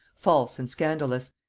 false and scandalous,